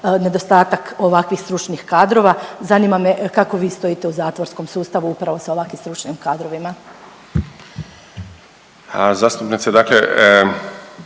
nedostatak ovakvih stručnih kadrova zanima me kako vi stojite u zatvorskom sustavu upravo sa ovakvim stručnim kadrovima? **Martinović,